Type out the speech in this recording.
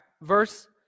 verse